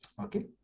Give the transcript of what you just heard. Okay